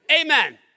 Amen